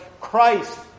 Christ